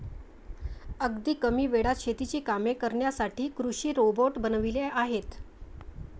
अगदी कमी वेळात शेतीची कामे करण्यासाठी कृषी रोबोट बनवले आहेत